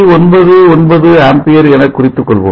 99 ampere என குறித்துக் கொள்வோம்